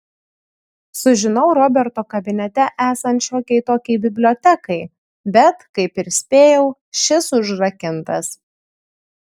sužinau roberto kabinete esant šiokiai tokiai bibliotekai bet kaip ir spėjau šis užrakintas